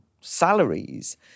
salaries